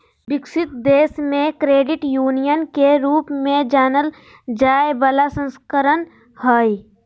विकसित देश मे क्रेडिट यूनियन के रूप में जानल जाय बला संस्करण हइ